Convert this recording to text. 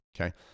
okay